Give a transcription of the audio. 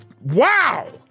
wow